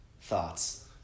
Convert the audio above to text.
Thoughts